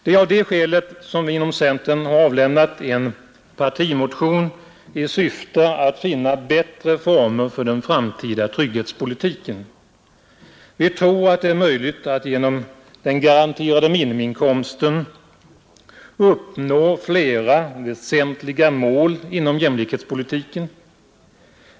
Det är av det skälet som vi inom centern har avlämnat en partimotion i syfte att finna bättre former för den framtida trygghetspolitiken. Vi tror att det är möjligt att genom den garanterade minimiinkomsten uppnå flera väsentliga mål inom jämlikhetspolitiken.